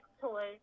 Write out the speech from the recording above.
toys